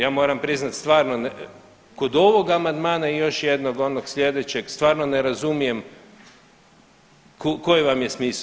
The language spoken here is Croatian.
Ja moram priznati stvarno kod ovo amandmana i još jednog onog slijedećeg stvarno ne razumijem koji vam je smisao.